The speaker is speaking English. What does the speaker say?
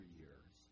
years